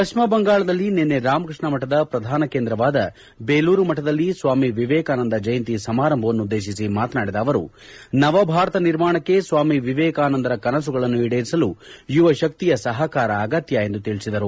ಪಶ್ಚಿಮ ಬಂಗಾಳದಲ್ಲಿ ನಿನ್ನೆ ರಾಮಕೃಷ್ಣ ಮಠದ ಪ್ರಧಾನ ಕೇಂದ್ರವಾದ ಬೇಲೂರು ಮಠದಲ್ಲಿ ಸ್ವಾಮಿ ವಿವೇಕಾನಂದ ಜಯಂತಿ ಸಮಾರಂಭವನ್ನು ಉದ್ದೇಶಿಸಿ ಮಾತನಾಡಿದ ಅವರು ನವಭಾರತ ನಿರ್ಮಾಣಕ್ಕೆ ಸ್ವಾಮಿ ವಿವೇಕಾನಂದರ ಕನಸುಗಳನ್ನು ಈಡೇರಿಸಲು ಯುವಶಕ್ತಿಯ ಸಹಕಾರ ಅಗತ್ಯ ಎಂದು ತಿಳಿಸಿದರು